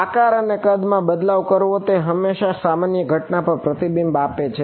આકાર અને કદ માં બદલાવ કરવો તે હંમેશા સામાન્ય ઘટના પર પ્રતિબિંબ આપે છે